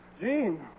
Jean